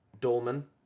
Dolman